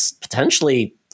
potentially